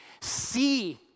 See